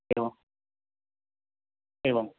एवम् एवम्